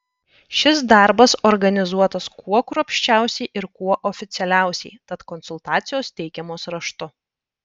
šis darbas organizuotas kuo kruopščiausiai ir kuo oficialiausiai tad konsultacijos teikiamos raštu